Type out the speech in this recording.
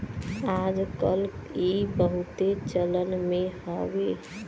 आज कल ई बहुते चलन मे हउवे